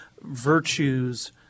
virtues